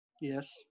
Yes